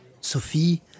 Sophie